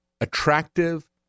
attractive